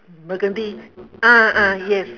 burgundy ah ah yes